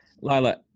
Lila